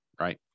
right